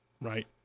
right